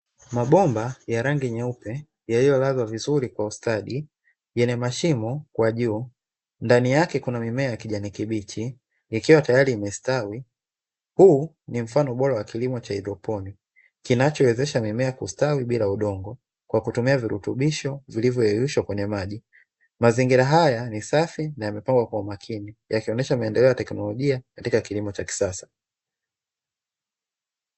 Mabomba ya rangi nyeupe yaliyolazwa vizuri kwa ustadi, yenye mashimo kwa juu, ndani yake kuna mimea ya kijani kibichi ikiwa tayari imestawi. Huu ni mfano bora wa kilimo cha haidroponi, kinachowezesha mimea kustawi bila udongo kwa kutumia virutubisho vilivyoyeyushwa kwenye maji. Mazingira haya ni safi na yamepangwa kwa umakini yakionyesha maendeleo ya kiteknolojia katika kilimo cha kisasa.